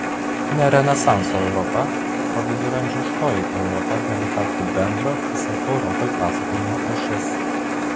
ne renesanso europa o viduramžiškoji europa gali tapti bendro visai europai pasakojimo ašis